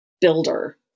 builder